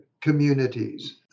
communities